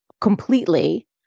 completely